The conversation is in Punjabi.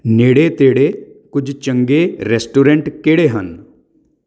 ਨੇੜੇ ਤੇੜੇ ਕੁਝ ਚੰਗੇ ਰੈਸਟੋਰੈਂਟ ਕਿਹੜੇ ਹਨ